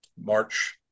March